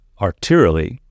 arterially